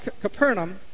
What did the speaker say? Capernaum